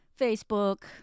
Facebook